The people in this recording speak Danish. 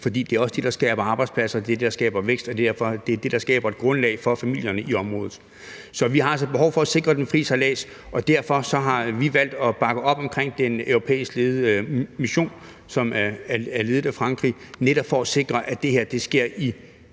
For det er også det, der skaber arbejdspladser, det er det, der skaber vækst, og derfor er det det, der skaber et grundlag for familierne i området. Så vi har altså behov for at sikre den frie sejlads, og derfor har vi valgt at bakke op om den europæisk ledede mission – den er ledet af Frankrig – netop for at sikre, at det her sker i